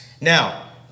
Now